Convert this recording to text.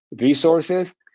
resources